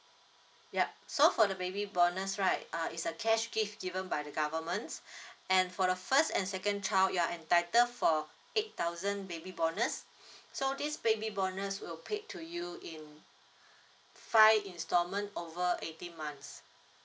yup so for the baby bonus right uh is a cash gift given by the government and for the first and second child you are entitled for eight thousand baby bonus so this baby bonus will pay to you in five installment over eighteen months